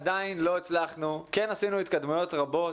עדיין לא הצלחנו כן עשינו התקדמויות רבות,